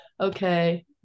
okay